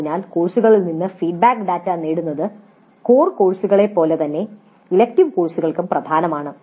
അതിനാൽ കോഴ്സുകളിൽ നിന്ന് ഫീഡ്ബാക്ക് ഡാറ്റ നേടുന്നത് കോർ കോഴ്സുകളെ പോലെ തന്നെ ഇലക്ടീവ് കോഴ്സുകൾക്കും പ്രധാനമാണ്